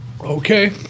Okay